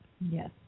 Yes